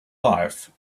life